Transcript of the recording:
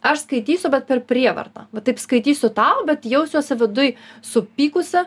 aš skaitysiu bet per prievartą va taip skaitysiu tau bet jausiuosi viduj supykusi